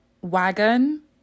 wagon